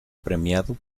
premiado